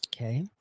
Okay